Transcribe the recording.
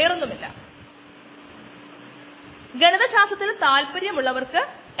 ഇത് അപകടകരമാണ് അതിനാലാണ് ഒരു ലാബ് അണുവിമുക്തമാക്കുമ്പോൾ എല്ലായിടത്തും അറിയിപ്പുകൾ നൽകുന്നത്